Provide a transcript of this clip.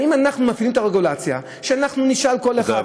האם אנחנו מפעילים את הרגולציה שאנחנו נשאל כל אחד,